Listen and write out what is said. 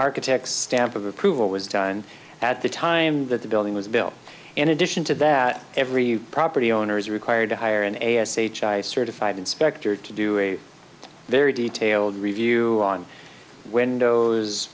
architect's stamp of approval was done at the time that the building was built in addition to that every property owner is required to hire an a s h i certified inspector to do a very detailed review on windows